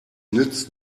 nützt